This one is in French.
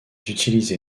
utilisé